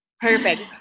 Perfect